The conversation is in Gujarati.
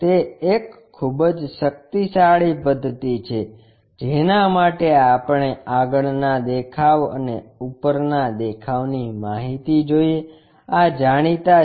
તે એક ખૂબ જ શક્તિશાળી પદ્ધતિ છે જેના માટે આપણે આગળના દેખાવ અને ઉપરના દેખાવ ની માહિતી જોઇએ આ જાણીતા છે